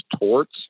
torts